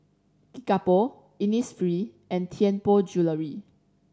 Kickapoo Innisfree and Tianpo Jewellery